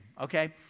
okay